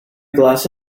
glass